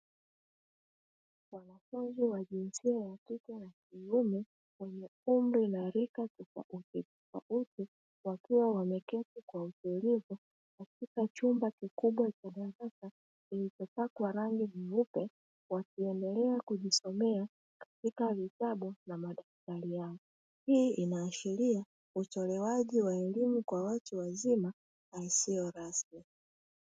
Wanafunzi wa jinsia ya kike na kiume wenye umri na rika tofautitofauti wakiwa wameketi kwa utulivu katika chumba kikubwa cha darasa kilichopakwa rangi nyeupe wakiendelea kujisomea katika vitabu na madaftari. Hii inaashiria utolewaji wa elimu kwa watu wazima na isiyo rasmi.